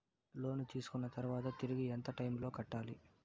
లోను తీసుకున్న తర్వాత తిరిగి ఎంత టైములో కట్టాలి